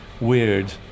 weird